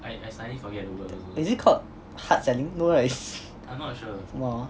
is it called hard selling no right no hor